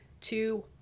two